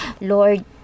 lord